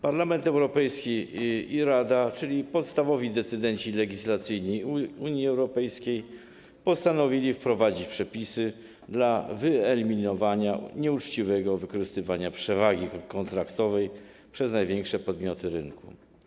Parlament Europejski i Rada, czyli podstawowi decydenci legislacyjni Unii Europejskiej, postanowili wprowadzić przepisy dla wyeliminowania nieuczciwego wykorzystywania przewagi kontraktowej przez największe podmioty rynku.